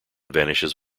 vanishes